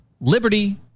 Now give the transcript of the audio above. liberty